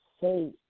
say